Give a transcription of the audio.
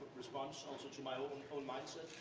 response also to my own own mindset.